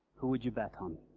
who would you bet on?